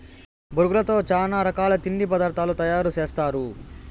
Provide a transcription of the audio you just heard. బొరుగులతో చానా రకాల తిండి పదార్థాలు తయారు సేస్తారు